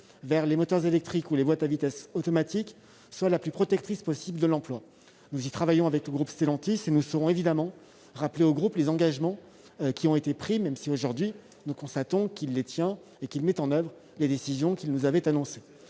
vers les moteurs électriques ou les boîtes de vitesses automatiques soit la plus protectrice possible de l'emploi. Nous y travaillons avec le groupe Stellantis et nous saurons évidemment rappeler à ce dernier les engagements qui ont été pris, même si, aujourd'hui, nous constatons qu'il les tient et met en oeuvre les décisions qu'il nous avait annoncées.